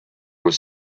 was